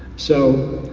so